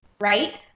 Right